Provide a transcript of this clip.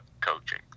coaching